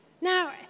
Now